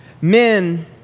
men